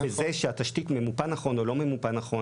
של תשתית שממופה נכון או לא ממופה נכון.